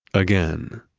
again